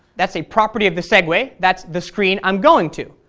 that's a property of the segue. that's the screen i'm going to,